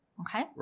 Okay